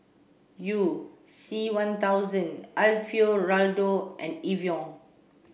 You C one thousand Alfio Raldo and Evian